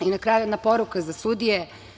Na kraju, jedna poruka za sudije.